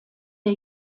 der